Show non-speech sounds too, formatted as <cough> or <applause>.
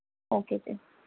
okay <unintelligible>